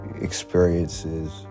experiences